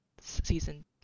season